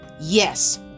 Yes